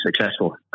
successful